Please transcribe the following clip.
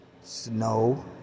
snow